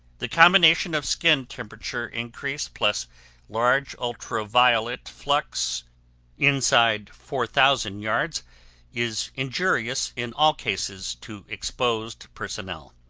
the combination of skin temperature increase plus large ultra-violet flux inside four thousand yards is injurious in all cases to exposed personnel.